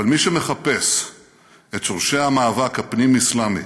אבל מי שמחפש את שורשי המאבק הפנים-אסלאמי